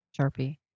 Sharpie